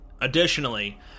Additionally